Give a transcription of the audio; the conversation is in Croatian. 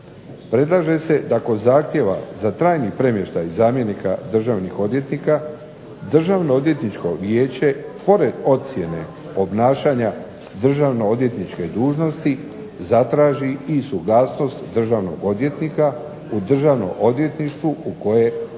Predlaže se da kod zahtjeva za trajni premještaj zamjenika državnih odvjetnika Državno-odvjetničko vijeće pored ocjene obnašanja državnoodvjetničke dužnosti zatraži i suglasnost državnog odvjetnika u Državnom odvjetništvu u koje traži